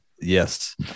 Yes